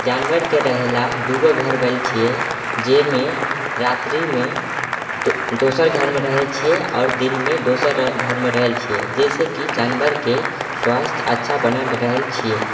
जानवरके रहैलए दू गो घर बनेलए छिए जाहिमे रात्रिमे दोसर घरमे रहै छिए आओर दिनमे दोसर घरमे रहल छिए जाहिसँ कि जानवरके स्वास्थ्य अच्छा बनल रहल छिए